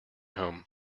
home